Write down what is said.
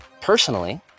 personally